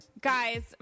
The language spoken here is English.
guys